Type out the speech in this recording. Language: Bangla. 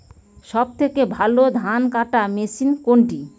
সবথেকে ভালো ধানকাটা মেশিন কোনটি?